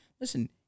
Listen